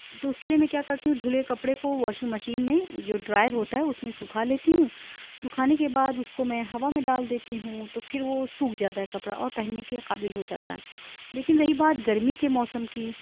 تو اس کے لیے میں کیا کرتی ہوں دھلے کپڑے کو واشنگ مشین میں جو ڈرائر ہوتا ہے اس میں سوکھا لیتی ہوں سوکھانے کے بعد اس کو میں ہوا میں ڈال دیتی ہوں تو پھر وہ سوکھ جاتا ہے کپڑا اور پہننے کے قابل ہو جاتا ہے لیکن رہی بات گرمی کے موسم کی